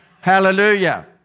Hallelujah